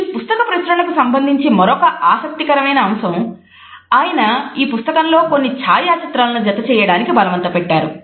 ఈ పుస్తక ప్రచురణకు సంబంధించి మరొక ఆసక్తికరమైన అంశం ఆయన ఈ పుస్తకంలో కొన్ని ఛాయాచిత్రాలను జత చేయడానికి బలవంతపెట్టారు